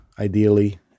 ideally